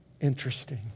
Interesting